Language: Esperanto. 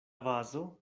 vazo